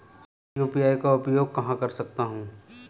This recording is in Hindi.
मैं यू.पी.आई का उपयोग कहां कर सकता हूं?